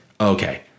Okay